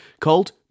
called